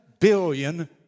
billion